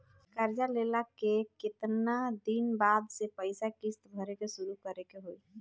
कर्जा लेला के केतना दिन बाद से पैसा किश्त भरे के शुरू करे के होई?